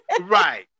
Right